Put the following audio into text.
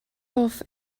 hoff